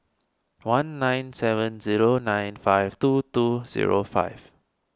one nine seven zero nine five two two zero five